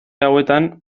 hauetan